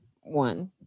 One